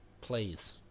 Please